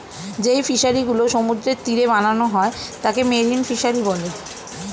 যেই ফিশারি গুলো সমুদ্রের তীরে বানানো হয় তাকে মেরিন ফিসারী বলে